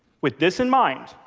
with this in mind,